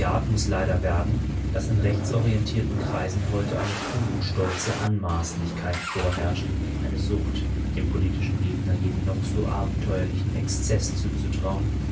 leider werden daß in rechtsorientierten kreisen heute eine tugendstolze anmaßlichkeit vorherrscht eine sucht dem politischen gegner jeden noch so abenteuerlichen exzeß zuzutrauen